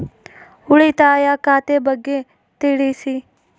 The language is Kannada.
ಉಳಿತಾಯ ಖಾತೆ ಬಗ್ಗೆ ತಿಳಿಸಿ?